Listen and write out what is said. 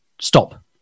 stop